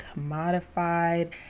commodified